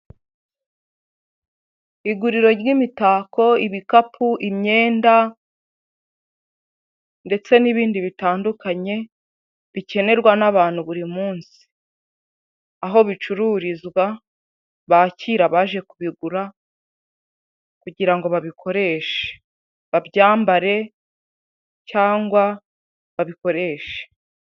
Iguriro ry'imitako, ibikapu, imyenda, ndetse n'ibindi bitandukanye bikenerwa n'abantu buri munsi, aho bicururizwa bakira abaje kubigura kugira ngo babikoreshe babyambare cyangwa babikoreshe.